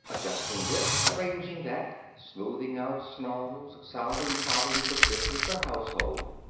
adjusting this, arranging that, smoothing out snarls, solving problems of business or household,